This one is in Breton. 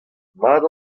mat